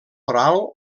oral